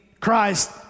Christ